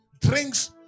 Drinks